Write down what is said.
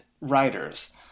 writers